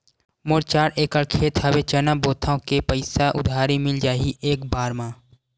मोर चार एकड़ खेत हवे चना बोथव के पईसा उधारी मिल जाही एक बार मा?